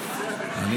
--- לא הייתי.